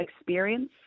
experience